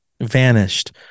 Vanished